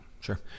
Sure